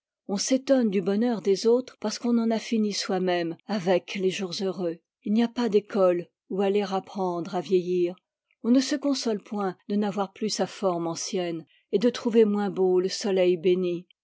on s'étonne du bonheur des autres parce qu'on en a fini soi-même avec les jours heureux il n'y a pas d'école où aller apprendre à vieillir on ne se console point de n'avoir plus sa forme ancienne et de trouver moins beau le soleil béni